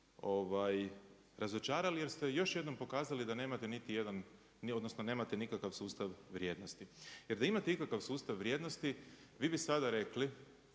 razočarali, jer ste još jednom pokazali da nemate niti jedan, odnosno nemate nikakav sustav vrijednosti. Jer da imate ikakav sustav vrijednosti vi bi sada rekli